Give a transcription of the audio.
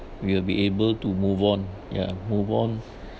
we will be able to move on yeah move on